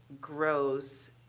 grows